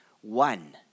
one